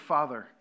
Father